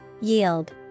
Yield